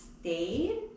stayed